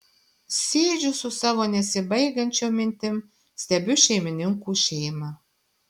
sėdžiu su savo nesibaigiančiom mintim stebiu šeimininkų šeimą